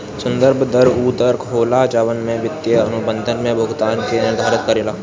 संदर्भ दर उ दर होला जवन की वित्तीय अनुबंध में भुगतान के निर्धारित करेला